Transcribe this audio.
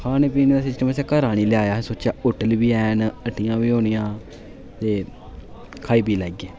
खाने पीने दा सिस्टम असें घरां निं लेआया असें सोचेआ होटल बी हैन हट्टियां बी होनियां ते खाई पी लैगे